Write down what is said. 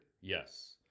Yes